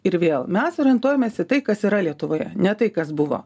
ir vėl mes orientuojamės į tai kas yra lietuvoje ne tai kas buvo